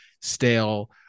stale